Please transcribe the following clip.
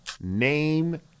Name